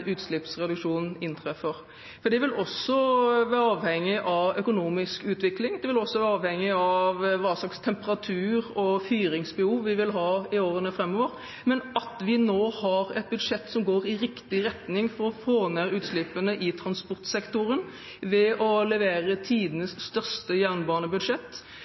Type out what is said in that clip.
inntreffer, for det vil også være avhengig av økonomisk utvikling og hva slags temperaturer og fyringsbehov vi vil få i årene framover. Men vi har nå et budsjett som går i riktig retning for å få ned utslippene i transportsektoren. Vi leverer tidenes største jernbanebudsjett,